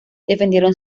defendieron